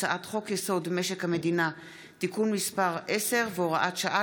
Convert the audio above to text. הצעת חוק-יסוד: משק המדינה (תיקון מס' 10 והוראת שעה